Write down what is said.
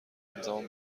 همزمان